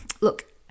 look